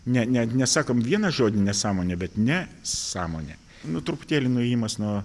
ne ne nesakom vieną žodį nesąmonė bet ne sąmonė nu truputėlį nuėjimas nuo